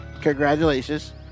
congratulations